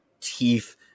teeth